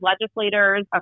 legislators